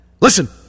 Listen